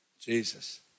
Jesus